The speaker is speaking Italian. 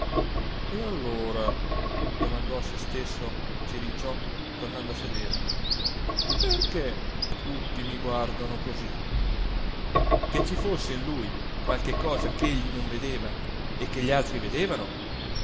e allora domandò a sé stesso cirinciò tornando a sedere perché tutti mi guardano così che ci fosse in lui qualche cosa chegli non vedeva e che gli altri vedevano